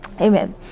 Amen